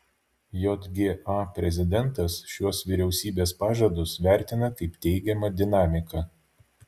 jga prezidentas šiuos vyriausybės pažadus vertina kaip teigiamą dinamiką